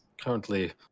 currently